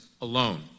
alone